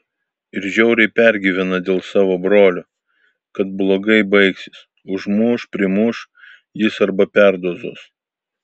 ir žiauriai pergyvena dėl savo brolio kad blogai baigsis užmuš primuš jis arba perdozuos